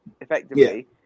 effectively